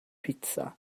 pitsa